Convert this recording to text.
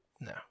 No